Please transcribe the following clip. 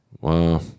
Wow